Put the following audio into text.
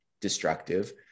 destructive